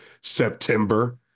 September